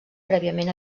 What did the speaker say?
prèviament